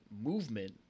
movement